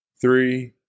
three